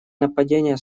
нападения